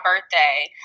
birthday